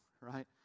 right